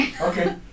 okay